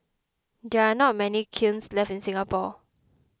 there are not many kilns left in Singapore